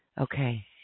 okay